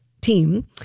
team